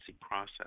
process